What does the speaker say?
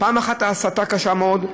גם ההסתה קשה מאוד,